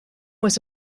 was